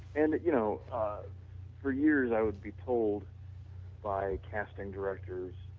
and you know for years i would be told by casting directors